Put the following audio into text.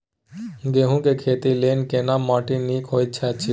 गेहूँ के खेती लेल केना माटी नीक होयत अछि?